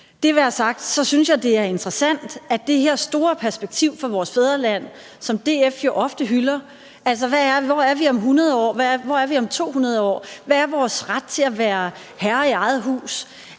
Det være sagt, så synes jeg, det er interessant at se på det her store perspektiv for vores fædreland, som DF jo ofte hylder: Hvor er vi om 100 år? Hvor er vi om 200 år? Hvad er vores ret til at være herre i eget hus?